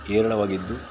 ಹೇರಳವಾಗಿದ್ದು